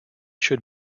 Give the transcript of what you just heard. should